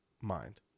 mind